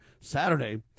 Saturday